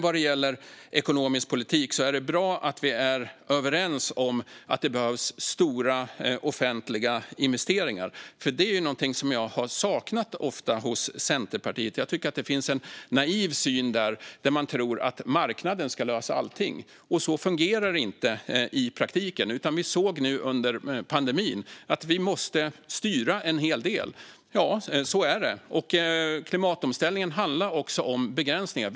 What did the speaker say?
Vad gäller ekonomisk politik är det bra att vi är överens om att det behövs stora offentliga investeringar, för det är någonting jag ofta har saknat hos Centerpartiet. Jag tycker att det finns en naiv syn där man tror att marknaden ska lösa allting, och så fungerar det inte i praktiken. I stället såg vi nu under pandemin att vi måste styra en hel del - ja, så är det. Klimatomställningen handlar också om begränsningar.